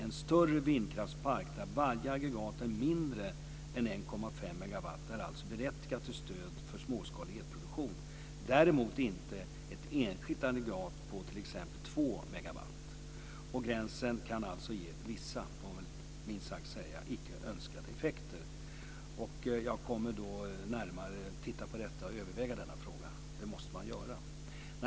En större vindkraftspark där varje aggregat är mindre än 1,5 megawatt är alltså berättigad till stöd för småskalig elproduktion, däremot inte ett enskilt aggregat på t.ex. 2 megawatt. Gränsen kan alltså ge vissa icke önskade effekter, minst sagt. Jag kommer att titta närmare på och överväga denna fråga. Det måste man göra.